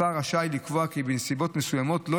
השר רשאי לקבוע כי בנסיבות מסוימות לא